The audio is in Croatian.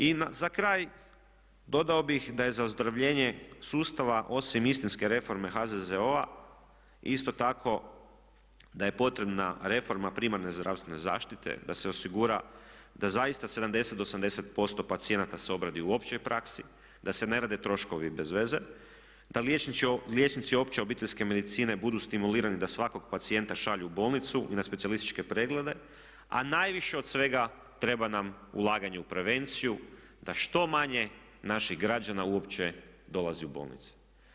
I za kraj dodao bih da je za ozdravljenje sustava osim istinske reforme HZZO-a isto tako da je potrebna reforma primarne zdravstvene zaštite, da se osigura da zaista 70 do 80% pacijenata se obradi u općoj praksi, da se ne rade troškovi bez veze, da liječnici opće obiteljske medicine budu stimulirani da svakog pacijenta šalju u bolnicu i na specijalističke preglede, a najviše od svega treba nam ulaganje u prevenciju da što manje naših građana uopće dolazi u bolnice.